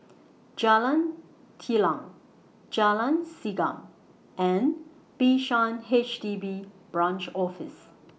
Jalan Telang Jalan Segam and Bishan H D B Branch Office